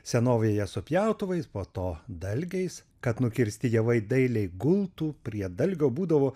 senovėje su pjautuvais po to dalgiais kad nukirsti javai dailiai gultų prie dalgio būdavo